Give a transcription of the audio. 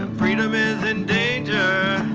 and freedom is in danger.